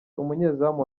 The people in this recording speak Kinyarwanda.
umunyezamu